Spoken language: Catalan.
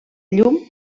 llum